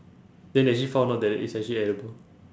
then they actually found out that it's actually edible